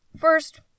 first